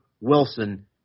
Wilson